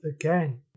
again